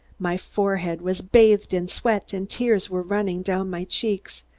my forehead was bathed in sweat and tears were running down my cheeks,